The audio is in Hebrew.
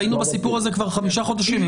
היינו בסיפור הזה כבר חמישה חודשים.